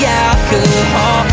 alcohol